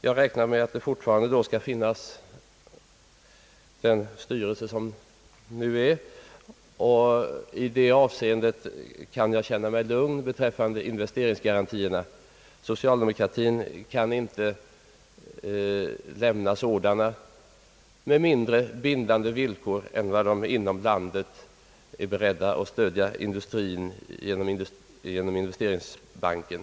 Jag räknar med att det då fortfarande skall finnas den styrelse som nu är, och i detta avseende kan jag känna mig lugn beträffande investeringsgarantierna. Socialdemokraterna kan inte lämna sådana med mindre bindande villkor än vad de inom landet är beredda att ge industrin genom investeringsbanken.